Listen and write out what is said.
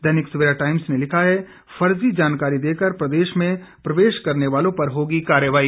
दैनिक Savera Times ने लिखा है फर्जी जानकारी देकर प्रदेश में प्रवेश करने वालों पर होगी कार्रवाई